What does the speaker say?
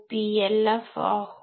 ρPLF ஆகும்